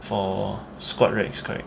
for squat racks correct